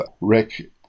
Rick